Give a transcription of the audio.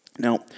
Now